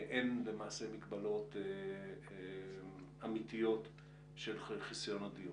אין מגבלות אמיתיות של חיסיון הדיון.